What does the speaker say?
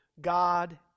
God